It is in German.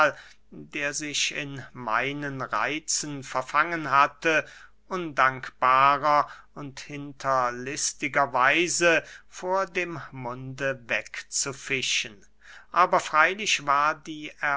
der sich in meinen reitzen verfangen hatte undankbarer und hinterlistiger weise vor dem munde wegzufischen aber freylich war die